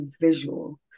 visual